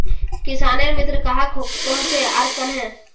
किसानेर मित्र कहाक कोहचे आर कन्हे?